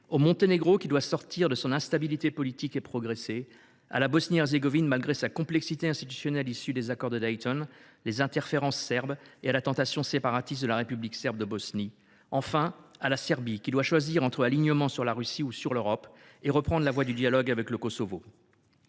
au Monténégro, qui doit sortir de son instabilité politique et progresser ; à la Bosnie Herzégovine, malgré sa complexité institutionnelle issue des accords de Dayton, les interférences serbes et la tentation séparatiste de la République serbe de Bosnie ; enfin, à la Serbie, qui doit choisir entre un alignement sur la Russie ou sur l’Europe et reprendre la voie du dialogue avec le Kosovo.